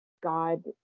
god